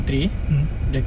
mm